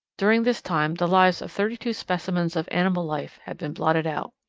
during this time the lives of thirty-two specimens of animal life had been blotted out.